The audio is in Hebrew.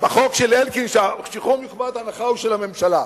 בחוק של אלקין, שהשחרור מחובת הנחה הוא של הממשלה,